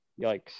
Yikes